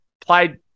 played